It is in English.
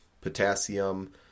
potassium